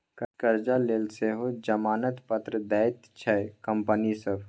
करजा लेल सेहो जमानत पत्र दैत छै कंपनी सभ